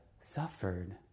suffered